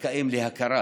זכאים להכרה